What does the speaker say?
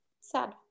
sad